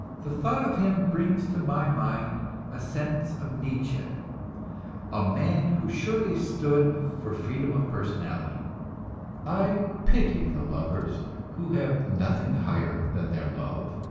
the thought of him brings to my mind a sentence of nietzsche a man who surely stood for freedom of personality i pity the lovers who have nothing higher than their love.